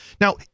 Now